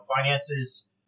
finances